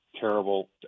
terrible